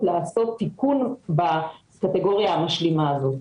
לעשות תיקון בקטגוריה המשלימה הזאת.